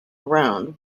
around